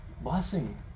blessing